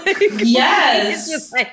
Yes